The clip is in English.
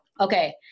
okay